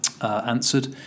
answered